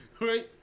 right